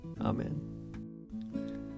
Amen